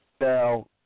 Now